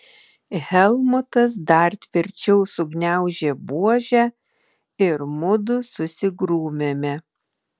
helmutas dar tvirčiau sugniaužė buožę ir mudu susigrūmėme